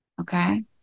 Okay